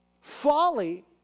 Folly